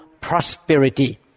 prosperity